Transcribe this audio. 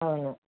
అవును